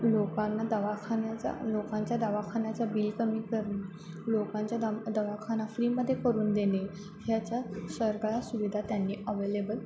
लोकांना दवाखान्याचा लोकांच्या दवाखान्याचा बिल कमी करणे लोकांच्या दवा दवाखाना फ्रीमध्ये करून देणे ह्याच्या सारख्या सुविधा त्यांनी अव्हेलेबल